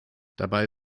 dabei